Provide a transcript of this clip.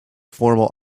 formal